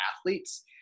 athletes